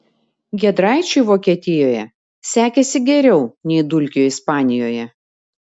giedraičiui vokietijoje sekėsi geriau nei dulkiui ispanijoje